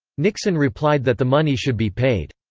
nixon replied that the money should be paid.